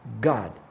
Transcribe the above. God